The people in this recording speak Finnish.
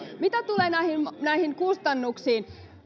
mitä tulee näihin kustannuksiin